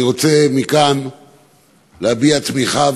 אני רוצה מכאן להביע תמיכה,